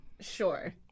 Sure